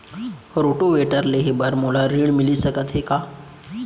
Rotavator लेहे बर मोला ऋण मिलिस सकत हे का?